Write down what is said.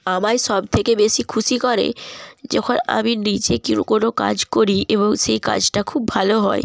আমায় সব থেকে বেশি খুশি করে যখন আমি নিজে কিনো কোনো কাজ করি এবং সেই কাজটা খুব ভালো হয়